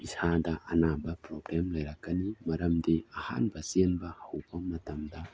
ꯏꯁꯥꯗ ꯑꯅꯥꯕ ꯄ꯭ꯔꯣꯕ꯭ꯂꯦꯝ ꯂꯩꯔꯛꯀꯅꯤ ꯃꯔꯝꯗꯤ ꯑꯍꯥꯟꯕ ꯆꯦꯟꯕ ꯍꯧꯕ ꯃꯇꯝꯗ